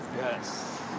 Yes